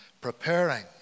preparing